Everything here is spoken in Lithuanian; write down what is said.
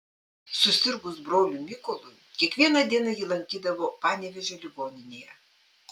susirgus broliui mykolui kiekvieną dieną jį lankydavo panevėžio ligoninėje